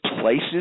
places